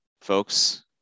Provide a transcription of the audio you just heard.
folks